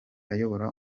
ayobora